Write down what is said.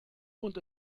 wohnt